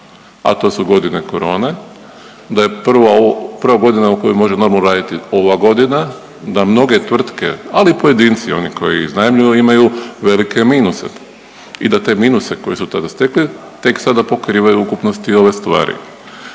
a to su godine corone, da je prva godina u kojoj može normalno raditi ova godina, da mnoge tvrtke ali i pojedinci oni koji iznajmljuju imaju velike minuse. I da te minuse koje su tada stekli tek sada pokrivaju ukupnosti ove stvari.